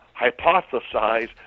hypothesize